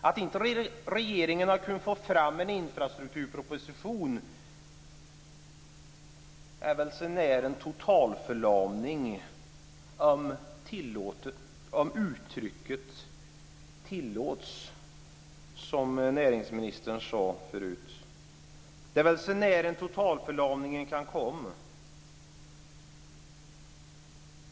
Att inte regeringen har kunnat få fram en infrastrukturproposition är så nära en totalförlamning man kan komma, om uttrycket tillåts, som näringsministern sade förut.